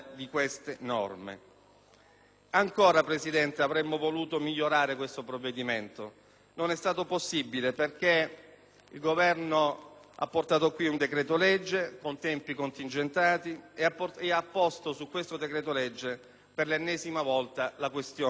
Ancora, Presidente, avremmo voluto migliorare questo provvedimento, ma non è stato possibile perché il Governo ha portato qui un decreto‑legge con tempi contingentati ed ha posto sullo stesso, per l'ennesima volta, la questione di fiducia; insieme,